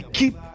keep